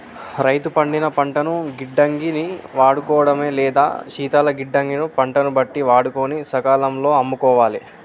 రైతు పండిన పంటను గిడ్డంగి ని వాడుకోడమా లేదా శీతల గిడ్డంగి గ పంటను బట్టి వాడుకొని సకాలం లో అమ్ముకోవాలె